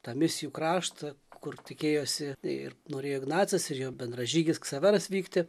tą misijų kraštą kur tikėjosi ir norėjo ignacas ir jo bendražygis ksaveras vykti